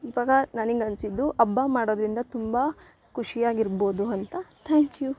ಇವಾಗ ನನಗ್ ಅನಿಸಿದ್ದು ಹಬ್ಬ ಮಾಡೋದ್ರಿಂದ ತುಂಬ ಖುಷಿಯಾಗಿರ್ಬೋದು ಅಂತ ಥ್ಯಾಂಕ್ ಯು